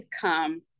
come